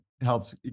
helps